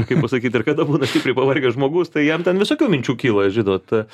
kaip pasakyt ir kada būna stipriai pavargęs žmogus tai jam ten visokių minčių kyla žinot